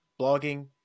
blogging